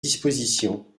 disposition